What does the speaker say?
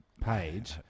page